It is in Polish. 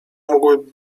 mogłyby